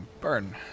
burn